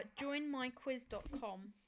joinmyquiz.com